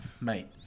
mate